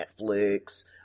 Netflix